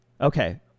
Okay